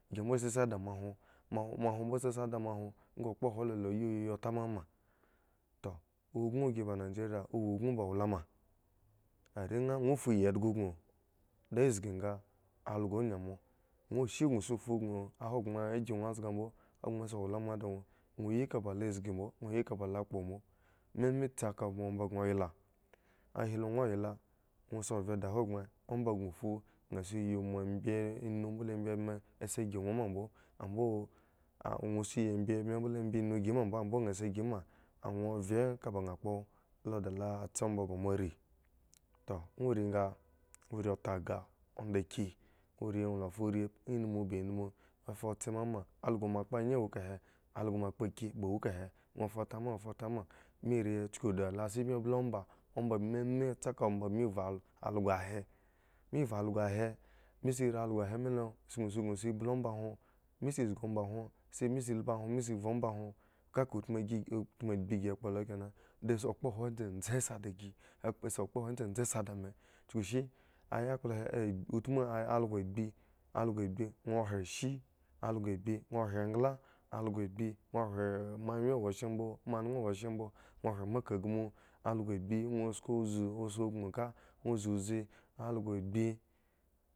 Gi mbo si sa da moahwon moahwon mbo si sa da moa hwon nga okpohwon lo oyinyiyi tama toh ubin gi ba anigeria owo kun ba owlama are nha gwo fu iyi dhgo kun la zgi nga anyi mo ŋwo shi gŋo si fu kuŋ ahosgbren kyu nha zga mbo hogbren si owlama ŋog ŋwo yi kaba lo zzgimbo ŋwo yii ka ba lo kpo mbo me me tse ka gŋo yla a hi lo ŋwo yla dwo si ovye di hogbren omba gŋo fu, nha si yi mo ibi inu mbole bi ebme a si ygi ŋwo ma mbo ambo a ŋwo si iyi abi inu mbole bi ebme a si ygi ŋwo ma mbo ambo a ŋwo si iyi abi ebme mboleiyi bi inu si ygi mambo ambo anha si yygi ma aŋwo rii tagah m ba ki, dwo rii la fa rii bmi nmu ba nmu of a tse mama also moa kpo anye wo kahe algo moa kpo akimbo wo kahe dwo fa tama fatama bmi rii chuku dalasi bmi bli omba omba bmi mi tse ka omba bmi vhu algo he bmi vhu algo he bmi sa rii algo he milo suskuŋ bliomba hwon bmi sa zgi omba hwon bmi sa lubhu hwon vhu oma hwin ka ka utmu giutmu agbi gi kpo lo kena la si kpohwon dzendze sa dagi a kpo si kpohwin dzendze si da me chuku shi? Ayakpla he eh utmu eh algo agbi also agbi ŋwo hre shi also agbi ŋwo hre engla algo agbi ŋwo hre moawyen eo shyembo moa nuŋ wo shyembo ŋwo hre moa kan gmo also agbi dŋwo sko zi o si gbon ka ŋwo zi uzi algo agbi.